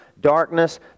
darkness